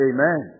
Amen